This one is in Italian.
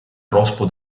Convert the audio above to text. rospo